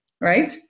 right